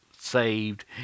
saved